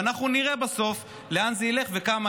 ואנחנו נראה בסוף לאן זה ילך וכמה